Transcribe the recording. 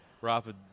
Rafa